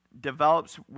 develops